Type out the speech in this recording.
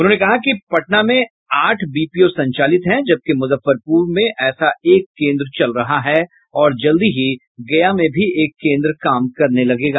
उन्होंने कहा कि पटना में आठ बीपीओ संचालित हैं जबकि मुजफ्फरपुर में ऐसा एक केंद्र चल रहा है और जल्दी ही गया में भी एक केंद्र काम करने लगेगा